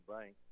Bank